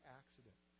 accident